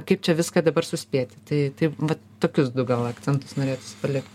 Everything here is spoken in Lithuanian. kaip čia viską dabar suspėti tai tai vat tokius du gal akcentus norėtųsi palikt